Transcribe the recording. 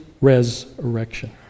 resurrection